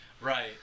Right